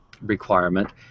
requirement